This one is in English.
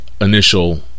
initial